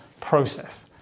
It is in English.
process